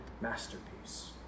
masterpiece